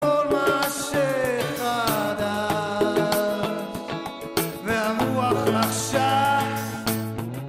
כל מה שחדש והרוח לחשה